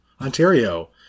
Ontario